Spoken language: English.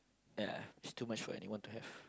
ya it's too much for anyone to have